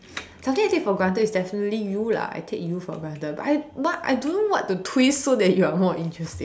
something I take for granted is definitely you lah I take you for granted but I but I don't know what the twist so that you are more interesting